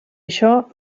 això